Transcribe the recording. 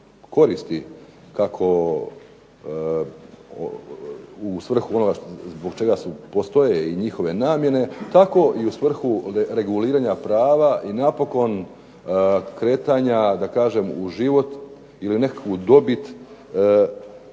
koristi kako u svrhu onoga zbog čega su, postoje i njihove namjene tako i u svrhu reguliranja prava i napokon kretanja da kažem u životu ili nekakvu dobit,